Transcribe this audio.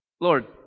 Lord